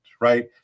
right